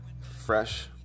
fresh